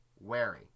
wary